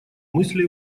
мысли